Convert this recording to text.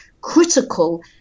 critical